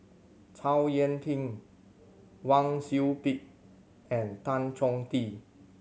Chow Yian Ping Wang Sui Pick and Tan Chong Tee